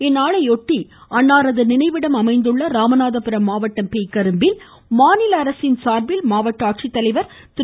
இந்நாளையொட்டி அன்னாரது நினைவிடம் அமைந்துள்ள ராமநாதபுரம் மாவட்டம் பேக்கரும்பில் மாநில அரசின் சார்பில் மாவட்ட ஆட்சித்தலைவர் திரு